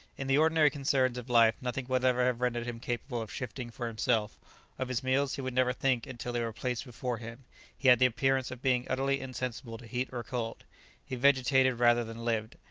in the ordinary concerns of life nothing would ever have rendered him capable of shifting for himself of his meals he would never think until they were placed before him he had the appearance of being utterly insensible to heat or cold he vegetated rather than lived,